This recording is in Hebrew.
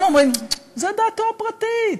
הם אומרים: זו דעתו הפרטית,